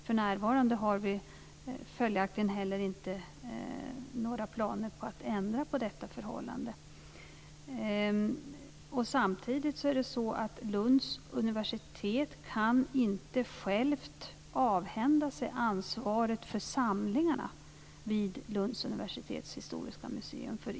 Följaktligen har vi för närvarande inte heller några planer på att ändra på detta förhållande. Samtidigt kan Lunds universitet inte självt avhända sig ansvaret för samlingarna vid Lunds universitets historiska museum.